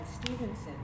Stevenson